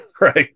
right